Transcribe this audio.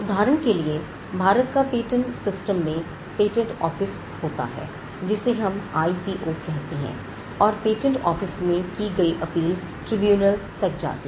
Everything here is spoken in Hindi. उदाहरण के लिए भारत का पेटेंट सिस्टम में पेटेंट ऑफिस होता है जिसे हम आईपीओ कहते हैं और पेटेंट ऑफिस में की गई अपील ट्रिब्यूनल तक जाती है